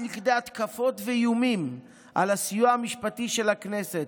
לכדי התקפות ואיומים על הסיוע המשפטי של הכנסת,